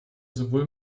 sowohl